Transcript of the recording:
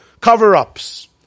cover-ups